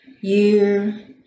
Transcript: year